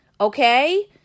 okay